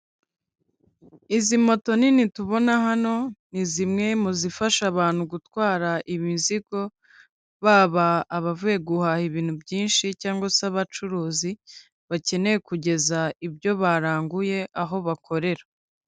Izi moto nini tubona hano ni zimwe mu zifasha abantu gutwara imizigo, baba abavuye guhaha ibintu byinshi cyangwa se abacuruzi bakeneye kugeza ibyo baranguye aho bakorera.